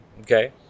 Okay